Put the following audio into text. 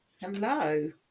hello